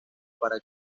para